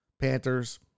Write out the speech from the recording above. Panthers